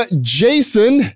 Jason